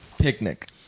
picnic